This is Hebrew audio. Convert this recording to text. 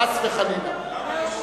חס וחלילה.